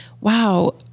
wow